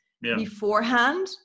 beforehand